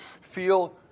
feel